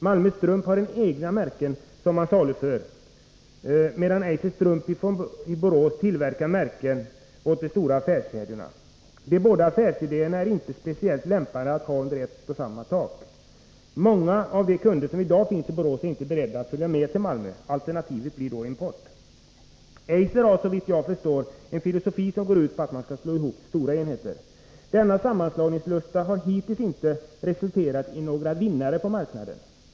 Malmö Strump har egna märken = 21 december 1983 som man saluför, medan Eiser Strump i Borås tillverkar märken åt de stora affärskedjorna. De här båda affärsidéerna är inte speciellt lämpade att ha under samma tak. Många av de kunder som i dag finns i Borås är inte beredda att följa med till Malmö. Alternativet blir då import. Eiser har såvitt jag förstår en filosofi som går ut på att man skall slå ihop till stora enheter. Denna sammanslagningslusta har hittills inte resulterat i några vinnare på marknaden.